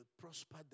prosper